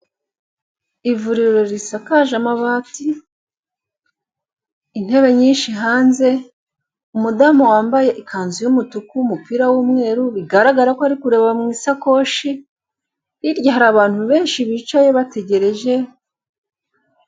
Ivuriro rishakaje amabati, intebe nyinshi hanze, umudamu wambaye ikanzu y'umutuku umupira w'umweru bigaragara ko ari kureba mu isakoshi hirya hari abantu benshi bicaye bategereje.